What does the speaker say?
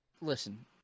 Listen